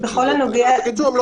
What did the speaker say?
בקיצור, הם לא עשו כלום.